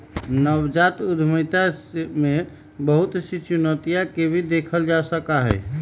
नवजात उद्यमिता में बहुत सी चुनौतियन के भी देखा जा सका हई